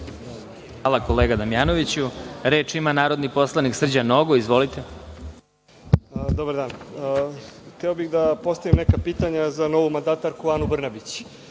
Hvala, kolega Damjanoviću. Reč ima narodni poslanik Srđan Nogo. Izvolite. **Srđan Nogo** Dobar dan. Hteo bih da postavim neka pitanja za novu mandatarku Anu Brnabić,